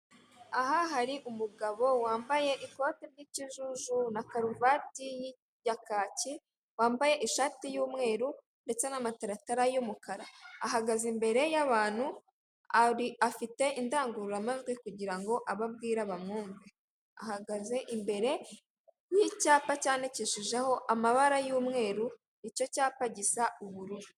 Uyu ni umuhanda munini wo mu bwoko bwa kaburimbo urimo ikinyabiziga cy'umweru gitwaye imizigo ukikijwe n'ibiti birebire ubona bitanga amahumbezi n'umuyaga ku bawukoresha bose.